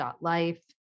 life